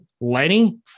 Lenny